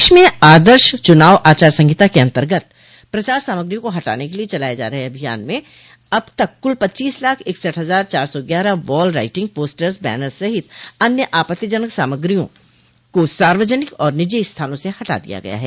प्रदेश में आदर्श चुनाव आचार संहिता के अंतर्गत प्रचार सामग्रियों को हटाने के लिए चलाये जा रहे अभियान में अब तक कुल पच्चीस लाख इकसठ हजार चार सौ ग्यारह वॉल राइटिंग पोस्टर्स बनर्स सहित अन्य आपत्तिजनक सामग्रियों को सार्वजनिक और निजी स्थानों से हटा दिया गया है